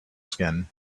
skin